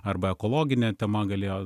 arba ekologine tema galėjo